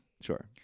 Sure